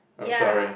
ya